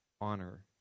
honor